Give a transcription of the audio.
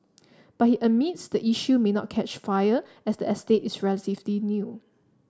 but he admits the issue may not catch fire as the estate is relatively new